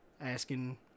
asking